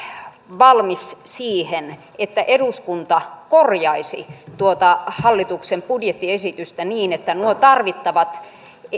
valmis siihen että eduskunta korjaisi tuota hallituksen budjettiesitystä niin että nuo tarvittavat